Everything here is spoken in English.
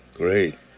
Great